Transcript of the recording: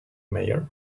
mayor